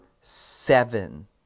seven